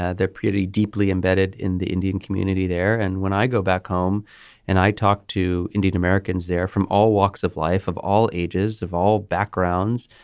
ah they're pretty deeply embedded in the indian community there. and when i go back home and i talk to indian americans they're from all walks of life of all ages of all backgrounds.